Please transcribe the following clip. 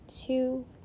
two